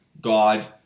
God